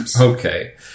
Okay